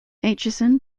atchison